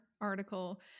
article